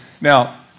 now